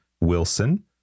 Wilson